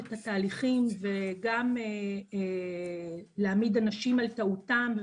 את התהליכים ולהעמיד אנשים על טעותם.